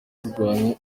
kurwanya